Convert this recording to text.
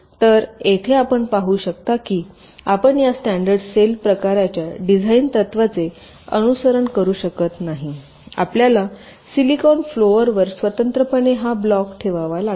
तर येथे आपण पाहू शकता की आपण या स्टॅंडर्ड सेल प्रकाराच्या डिझाइन तत्त्वाचे अनुसरण करू शकत नाही आपल्याला सिलिकॉन फ्लोरवर स्वतंत्रपणे हा ब्लॉक ठेवावा लागेल